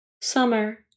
Summer